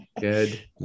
Good